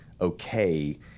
okay